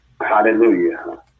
Hallelujah